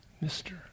mister